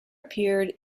appeared